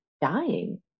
dying